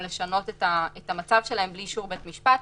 לשנות את המצב שלהם בלי אישור בית משפט.